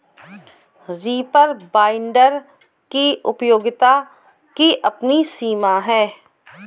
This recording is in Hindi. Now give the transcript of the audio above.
रीपर बाइन्डर की उपयोगिता की अपनी सीमा है